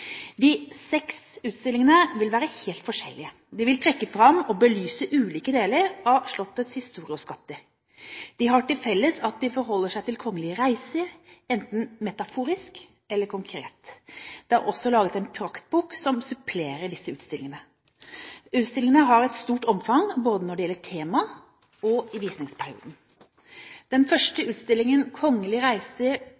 De seks utstillingene vil være helt forskjellige. De vil trekke fram og belyse ulike deler av Slottets historie og skatter. De har til felles at de forholder seg til kongelige reiser, enten metaforisk eller konkret. Det er også laget en praktbok som supplerer disse utstillingene. Utstillingene har et stort omfang når det gjelder både tema og visningsperiode. Den første